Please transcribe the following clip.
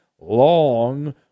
long